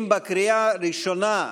אם בקריאה הראשונה,